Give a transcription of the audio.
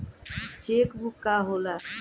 Check book का होला?